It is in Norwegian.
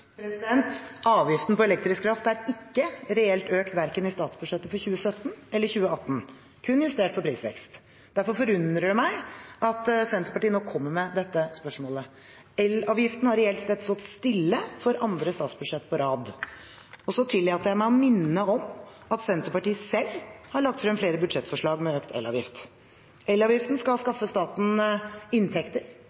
Avgiften på elektrisk kraft er ikke reelt økt, verken i statsbudsjettet for 2017 eller 2018, kun justert for prisvekst. Derfor forundrer det meg at Senterpartiet nå kommer med dette spørsmålet. Elavgiften har reelt sett stått stille for andre statsbudsjett på rad. Jeg tillater meg å minne om at Senterpartiet selv har lagt frem flere budsjettforslag med økt elavgift. Elavgiften skal